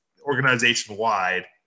organization-wide